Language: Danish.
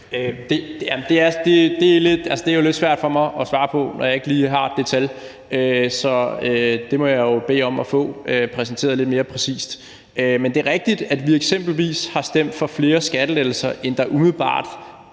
Det er lidt svært for mig at svare på, når jeg ikke lige har det tal, så det må jeg jo bede om at få præsenteret lidt mere præcist. Men det er rigtigt, at vi eksempelvis har stemt for flere skattelettelser, end der umiddelbart